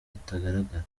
itagaragara